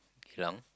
Geylang